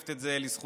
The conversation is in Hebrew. זוקפת את זה לזכותם,